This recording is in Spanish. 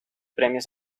premios